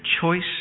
choice